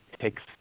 takes